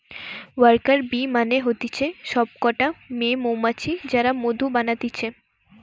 worker bee মানে হতিছে সব কটা মেয়ে মৌমাছি যারা মধু বানাতিছে